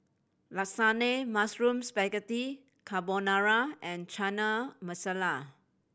Lasagne Mushroom Spaghetti Carbonara and Chana Masala